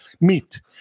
meet